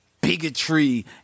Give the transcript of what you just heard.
bigotry